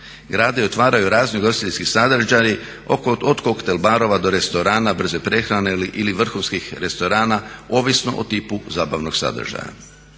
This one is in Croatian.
grade i otvaraju razni ugostiteljski sadržaji od koktel barova do restorana, brze prehrane ili vrhunskih restorana ovisno o tipu zabavnog sadržaj.